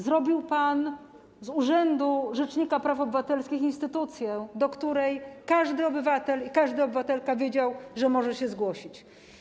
Zrobił pan z urzędu rzecznika praw obywatelskich instytucję, do której każdy obywatel i każda obywatelka wiedzieli, że mogą się zgłosić.